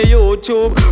YouTube